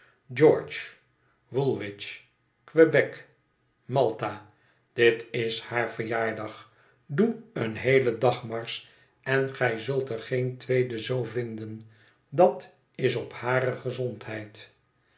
george woolwich quebec malta dit is haar verjaardag doe een heelen dagmarsch en gij zult er geen tweede zoo vinden dat is op hare gezondheid